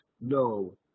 no